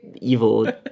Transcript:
evil